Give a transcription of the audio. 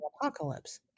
apocalypse